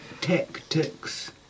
tactics